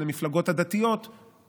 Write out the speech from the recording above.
לבין המפלגות הדתיות,